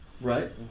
Right